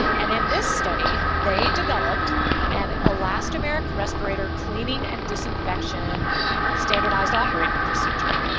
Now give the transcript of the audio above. and in this study, they developed an elastomeric respirator cleaning and disinfection standardized operating procedure.